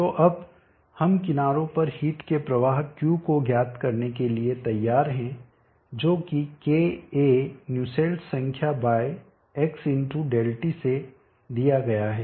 तो अब हम किनारों पर हिट के प्रवाह Q को ज्ञात करने के लिए तैयार है जो कि K A न्यूसेल्ट संख्या बाय X ∆T से दिया गया है